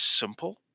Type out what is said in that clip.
simple